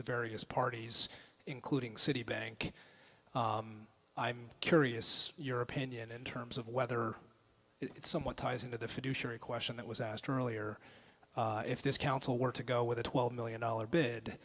to various parties including citibank i'm curious your opinion in terms of whether it's somewhat ties into the fiduciary question that was asked earlier if this council were to go with a twelve million dollars b